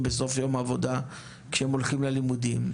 בדרכים בסוף יום העבודה כשהם הולכים ללימודים.